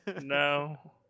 No